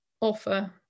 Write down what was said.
offer